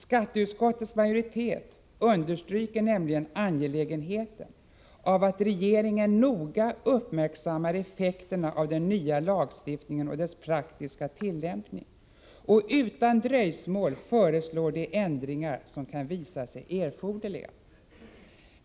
Skatteutskottets majoritet understryker nämligen det angelägna i att regeringen noga uppmärksammar effekterna av den nya lagstiftningen och dess praktiska tillämpning och utan dröjsmål föreslår de ändringar som kan visa sig erforderliga.